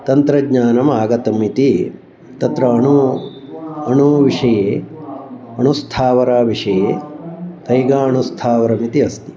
तन्त्रज्ञानम् आगतम् इति तत्र अणुः अणुविषये अणुस्थावरा विषये कैगा अणुस्थावरम् इति अस्ति